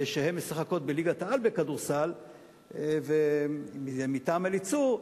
שמשחקות בליגת-העל בכדורסל מטעם "אליצור",